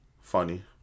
Funny